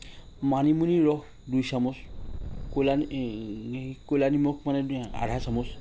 মানিমুনি ৰস দুই চামুচ ক'লা এই ক'লা নিমখ মানে আধা চামুচ